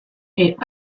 est